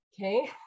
okay